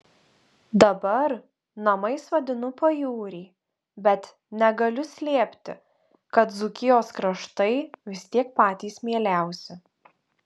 dabar namais vadinu pajūrį bet negaliu slėpti kad dzūkijos kraštai vis tiek patys mieliausi